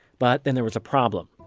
but then there was a problem.